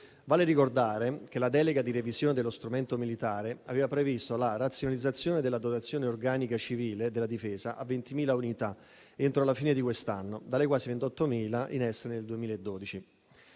Vale ricordare che la delega di revisione dello strumento militare aveva previsto la razionalizzazione della dotazione organica civile della Difesa a 20.000 unità entro la fine di quest'anno, dalle quasi 28.000 in essere nel 2012.